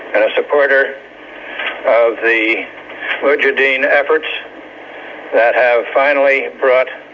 and a supporter of the mujahadeen efforts that have finally brought